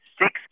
six